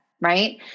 right